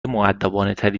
مودبانهتری